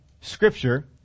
scripture